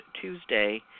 Tuesday